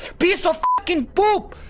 piece of flippin poop!